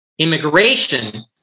Immigration